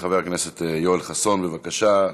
חבר הכנסת יואל חסון, בבקשה.